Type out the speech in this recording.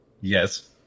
Yes